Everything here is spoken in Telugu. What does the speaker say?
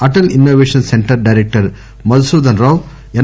Atal ఇన్నో పేషన్ centre director Madhusudhana Rao yes